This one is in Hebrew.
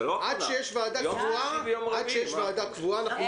עד שתהיה ועדה קבועה אנחנו ממשיכים.